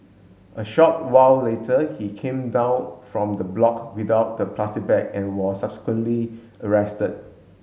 a short while later he came down from the block without the plastic bag and was subsequently arrested